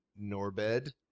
Norbed